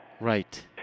Right